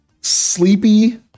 sleepy